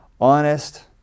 honest